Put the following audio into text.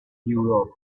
europe